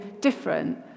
different